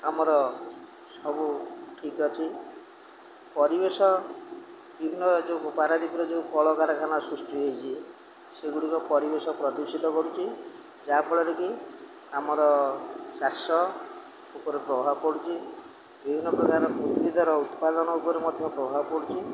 ଆମର ସବୁ ଠିକ ଅଛି ପରିବେଶ ବିଭିନ୍ନ ଯେଉଁ ପାରାଦ୍ୱୀପରେ ଯେଉଁ କଳକାରଖାନା ସୃଷ୍ଟି ହେଇଛି ସେଗୁଡ଼ିକ ପରିବେଶ ପ୍ରଦୂଷିତ କରୁଛି ଯାହାଫଳରେ କି ଆମର ଚାଷ ଉପରେ ପ୍ରଭାବ ପଡ଼ୁଛି ବିଭିନ୍ନ ପ୍ରକାର ଉଦ୍ଭିଦର ଉତ୍ପାଦନ ଉପରେ ମଧ୍ୟ ପ୍ରଭାବ ପଡ଼ୁଛି